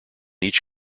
each